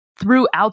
throughout